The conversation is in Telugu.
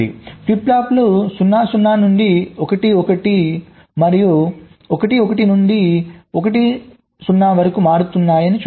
ఫ్లిప్ ఫ్లాప్లు 0 0 నుండి 1 1 నుండి 1 మరియు 1 నుండి 0 వరకు మారుతున్నాయని చూడండి